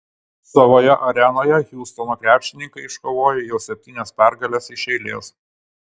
savoje arenoje hjustono krepšininkai iškovojo jau septynias pergales iš eilės